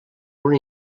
una